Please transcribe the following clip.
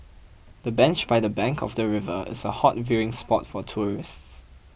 the bench by the bank of the river is a hot viewing spot for tourists